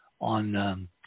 on